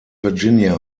virginia